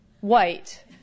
white